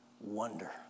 wonder